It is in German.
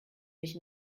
mich